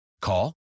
Call